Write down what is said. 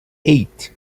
eight